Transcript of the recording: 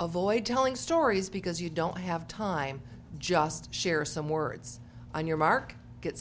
avoid telling stories because you don't have time just share some words on your mark get